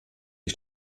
ich